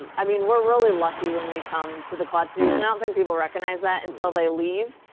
um i mean we're really lucky when we come to the quad cities. and i don't think people recognize that until they leave.